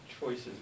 choices